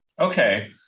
Okay